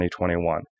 2021